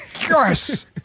yes